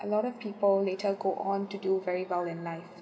a lot of people later go on to do very well in life